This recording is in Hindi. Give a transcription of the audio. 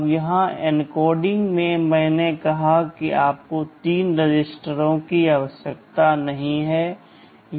अब यहाँ एन्कोडिंग में मैंने कहा कि आपको तीन रजिस्टरों की आवश्यकता नहीं है